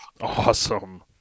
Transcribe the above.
Awesome